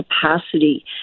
capacity